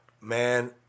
man